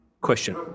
question